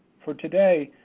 for today,